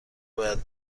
باید